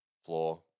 Floor